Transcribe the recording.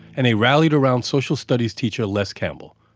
and they rallied around social studies teacher les campbell.